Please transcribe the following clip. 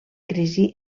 crisi